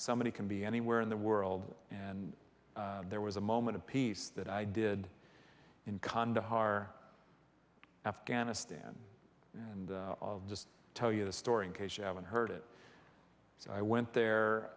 somebody can be anywhere in the world and there was a moment of peace that i did in kandahar afghanistan and just tell you the story in case you haven't heard it so i went there